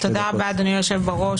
תודה רבה, אדוני היושב בראש.